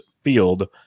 Field